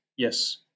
Yes